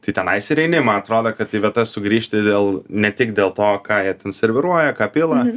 tai tenais ir eini ma atrodo kad tai vieta sugrįžti dėl ne tik dėl to ką jie ten serviruoja ką pila